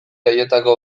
haietako